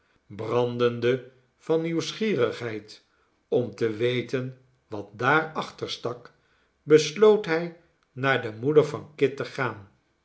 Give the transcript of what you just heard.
brandende van nieuwsgierigheid om te weten wat daar achter stak besloot hij naar de moeder van kit te gaan